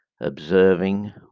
observing